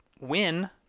win